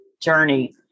journey